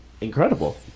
incredible